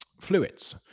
fluids